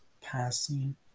passing